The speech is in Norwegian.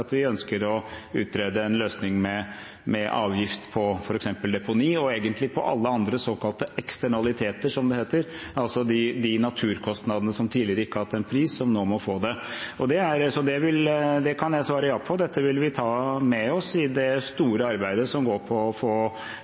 vi ønsker å utrede en løsning med avgift på f.eks. deponi, og egentlig på alle andre såkalte eksternaliteter, som det heter – de naturkostnadene som tidligere ikke har hatt en pris, men som nå må få det. Så det kan jeg svare ja på. Dette vil vi ta med oss i det store arbeidet som går ut på å